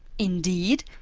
indeed,